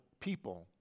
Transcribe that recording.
people